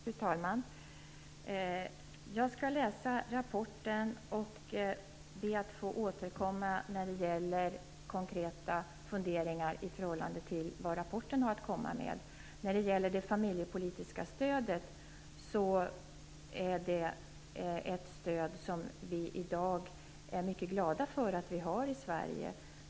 Fru talman! Jag skall läsa rapporten och ber att få återkomma med konkreta funderingar i förhållande till vad rapporten har att komma med. Det familjepolitiska stödet är ett stöd som vi i dag är mycket glada över att ha i Sverige.